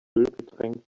ölgetränkt